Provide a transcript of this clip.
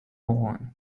own